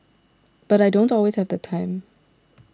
but I don't always have the time